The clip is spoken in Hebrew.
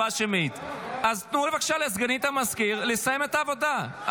אז תנו בבקשה לסגנית המזכיר לסיים את העבודה.